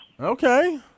Okay